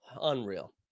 Unreal